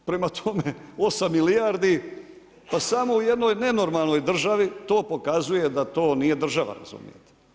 Prema tome 8 milijardi pa samo jednoj nenormalnoj državi to pokazuje da to nije država razumijete.